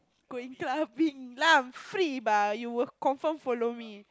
going clubbing free if you will confirm follow me